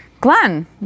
Glenn